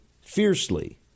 fiercely